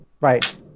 Right